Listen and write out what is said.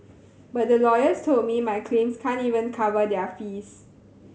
but the lawyers told me my claims can't even cover their fees